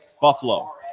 Buffalo